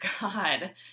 God